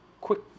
quick